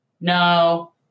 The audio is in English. No